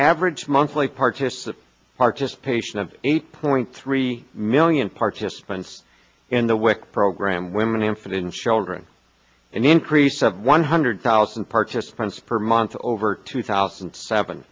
average monthly participant participation of eight point three million participants in the wic program women infant in shouldering an increase of one hundred thousand participants per month over two thousand and seven